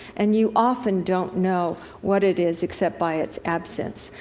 and you often don't know what it is except by its absence.